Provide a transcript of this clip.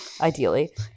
Ideally